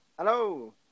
Hello